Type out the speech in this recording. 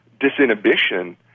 disinhibition